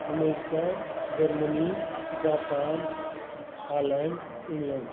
America Germany Japan holland England